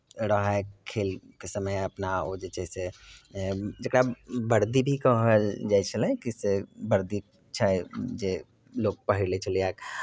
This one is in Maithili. रहै खेलके समय अपना ओ जे छै से जकरा वर्दी भी कहल जाइ छलै किछु वर्दी छै जे लोक पहिर लैत छलैए